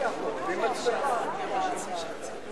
עברה בקריאה טרומית